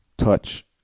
touch